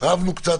רבנו קצת,